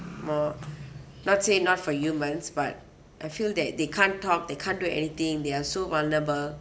more not say not for humans but I feel that they can't talk they can't do anything they are so vulnerable